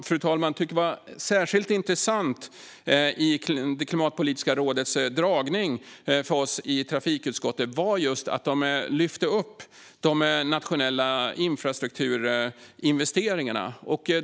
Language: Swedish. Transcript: Det jag tyckte var särskilt intressant i Klimatpolitiska rådets dragning för oss i trafikutskottet var att de lyfte upp de nationella infrastrukturinvesteringarna.